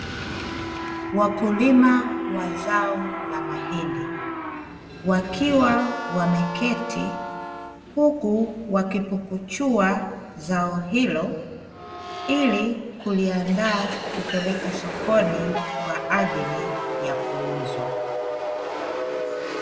Wakulima wa zao la mahindi, wakiwa wameketi huku wakipukuchua zao hilo ili kuliandaa kupeleka sokoni kwa ajili ya kuuzwa.